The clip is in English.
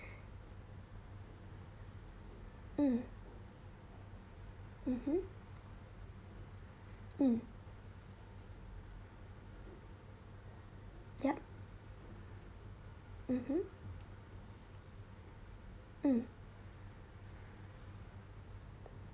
mm mmhmm mm yup mmhmm mm